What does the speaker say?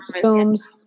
films